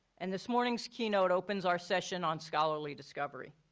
and this morning's keynote opens our session on scholarly discovery.